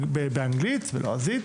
באנגלית, בלועזית,